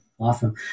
awesome